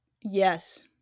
Yes